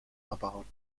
erbaut